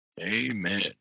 Amen